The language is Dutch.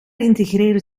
integreren